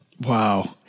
Wow